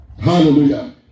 hallelujah